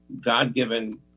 god-given